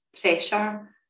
pressure